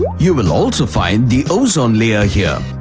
you will also find the ozone layer here,